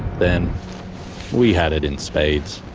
then we had it in spades.